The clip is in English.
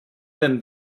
than